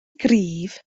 gryf